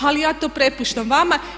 Ali ja to prepuštam vama.